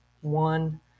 one